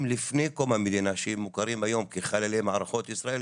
לפני קום המדינה שמוכרים היום כחללי מערכות ישראל,